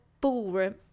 ballroom